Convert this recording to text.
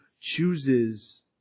chooses